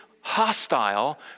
hostile